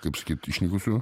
o kaip sakyt išnykusių